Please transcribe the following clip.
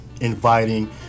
inviting